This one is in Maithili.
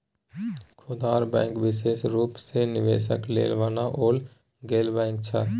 खुदरा बैंक विशेष रूप सँ निवेशक लेल बनाओल गेल बैंक छै